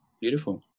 beautiful